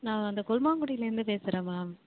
நான் இந்த கொல்லுமாங்குடியிலேருந்து பேசுகிறேன் மேம்